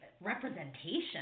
representation